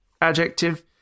adjective